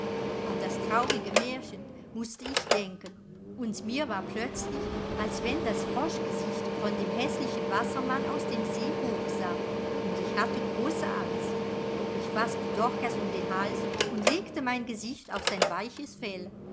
an das traurige märchen mußte ich denken und mir war plötzlich als wenn das froschgesicht von dem häßlichen wassermann aus dem see hochsah und ich hatte große angst ich faßte dorkas um den hals und legte mein gesicht auf sein weiches fell